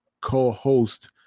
co-host